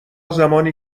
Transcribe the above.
زمانی